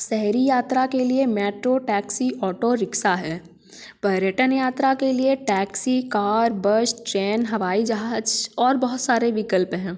शहरी यात्रा के लिए मेट्रो टैक्सी ऑटो रिक्सा है पर्यटन यात्रा के लिए टैक्सी कार बस ट्रेन हवाई जहाज और बहुत सारे विकल्प हैं